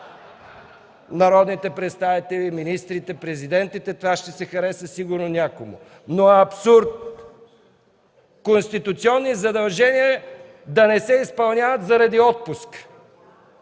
народните представители, министрите, президентите – това ще се хареса сигурно някому, но е абсурд конституционни задължения да не се изпълняват заради отпуск.